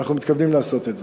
אנחנו מתכוונים לעשות את זה.